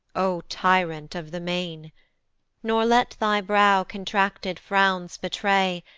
o tyrant of the main nor let thy brow contracted frowns betray,